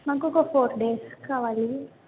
నాకొక four days కావాలి